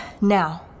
Now